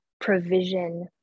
provision